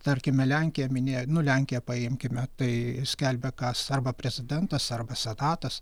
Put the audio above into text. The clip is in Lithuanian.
tarkime lenkija minėjo nu lenkiją paimkime tai skelbia kas arba prezidentas arba senatas